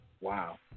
Wow